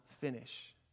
finish